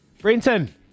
Brenton